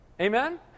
Amen